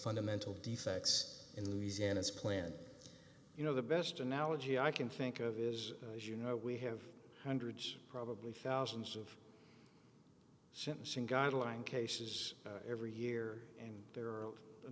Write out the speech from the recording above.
fundamental defects in louisiana as planned you know the best analogy i can think of is as you know we have hundreds probably thousands of sentencing guideline cases every year and there a